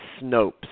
Snopes